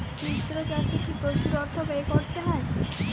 মিশ্র চাষে কি প্রচুর অর্থ ব্যয় করতে হয়?